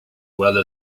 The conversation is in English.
well